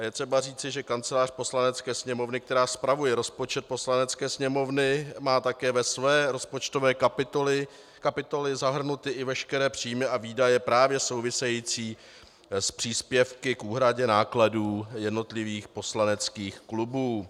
Je třeba říci, že Kancelář Poslanecké sněmovny, která spravuje rozpočet Poslanecké sněmovny, má také ve své rozpočtové kapitole zahrnuty i veškeré příjmy a výdaje právě související s příspěvky k úhradě nákladů jednotlivých poslaneckých klubů.